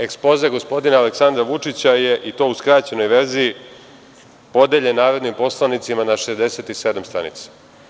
Ekspoze gospodina Aleksandra Vučića je, i to u skraćenoj verziji, podeljen narodnim poslanicima na 67 stranica.